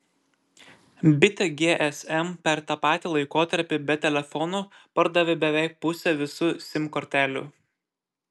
bitė gsm per tą patį laikotarpį be telefonų pardavė beveik pusę visų sim kortelių